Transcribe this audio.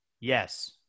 Yes